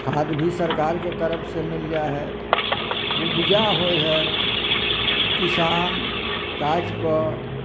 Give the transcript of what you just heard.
खाद भी सरकारके तरफ से मिल जाइ है ऊपजा होइ है किसान काटि कऽ